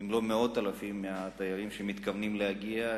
לא מאות אלפים מהתיירים שמתכוונים להגיע.